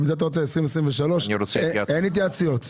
אין התייעצויות.